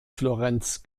florenz